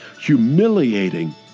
humiliating